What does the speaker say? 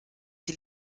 die